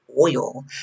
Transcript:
oil